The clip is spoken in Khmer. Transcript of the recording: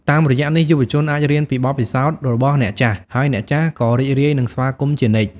តាមរយៈនេះ យុវជនអាចរៀនពីបទពិសោធន៍របស់អ្នកចាស់ ហើយអ្នកចាស់ក៏រីករាយនឹងស្វាគមន៍ជានិច្ច។